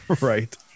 Right